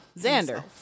Xander